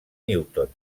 newton